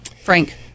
Frank